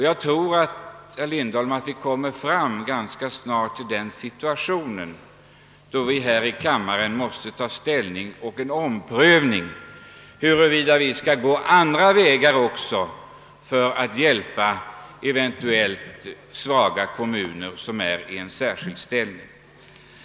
Jag tror, herr Lindholm, att vi här i kammaren ganska snart måste göra en omprövning av huruvida vi inte bör gå även andra vägar för att hjälpa svaga kommuner i särskilt besvärlig ställning.